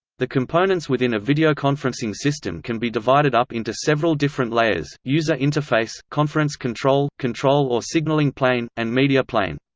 the components within a videoconferencing system system can be divided up into several different layers user interface, conference control, control or signaling plane, and media plane.